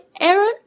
Aaron